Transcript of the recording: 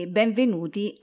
benvenuti